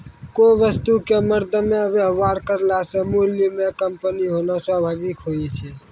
कोय वस्तु क मरदमे वेवहार करला से मूल्य म कमी होना स्वाभाविक हुवै छै